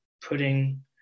putting